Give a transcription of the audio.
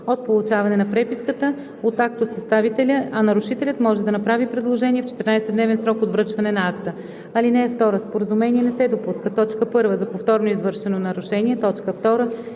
от получаване на преписката от актосъставителя, а нарушителят може да направи предложение в 14-дневен срок от връчването на акта. (2) Споразумение не се допуска: 1. за повторно извършено нарушение; 2.